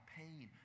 pain